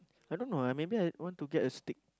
I don't know ah maybe I want to get a steak